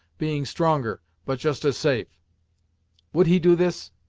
being stronger, but just as safe would he do this?